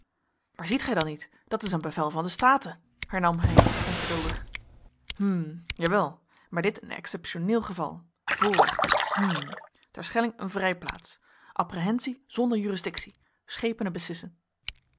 maar ziet gij dan niet dat het is een bevel van de staten hernam heynsz onverduldig hm jawel maar dit een exceptioneel geval voorrecht hm terschelling een vrijplaats apprehensie zonder jurisdictie schepenen beslissen